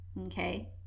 okay